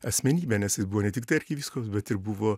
asmenybę nes jis buvo ne tiktai arkivyskupas bet ir buvo